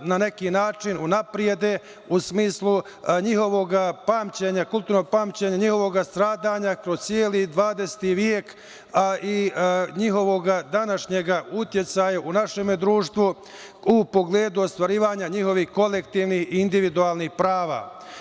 na neki način unaprede u smislu njihovog kulturnog pamćenja, njihovog stradanja kroz celi XX vek, a i njihovog današnjega uticaja u našem društvu u pogledu ostvarivanja njihovih kolektivnih i individualnih prava.